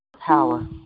Power